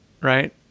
right